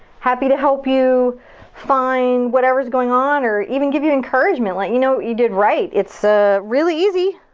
happy to help you find whatever's going on or even give you encouragement. let you know you did right. it's ah really easy